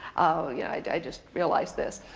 yeah i just realized this.